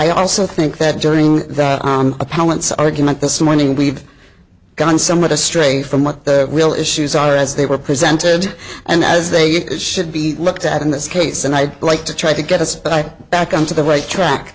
i also think that during that on opponents argument this morning we've gone somewhat astray from what the real issues are as they were presented and as they should be looked at in this case and i'd like to try to get us by back on to the right track